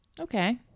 Okay